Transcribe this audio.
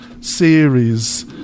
series